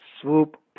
swoop